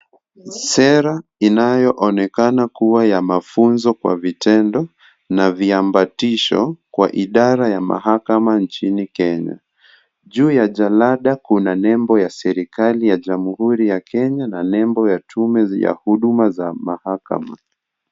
Sera inayoonekana kuwa ya mafunzo kwa vitendo na viambatisho kwa idara ya mahakama nchini Kenya. Juu ya jalada kuna nembo ya serikali ya Jamhuri ya Kenya na nembo ya tume ya huduma za mahakama.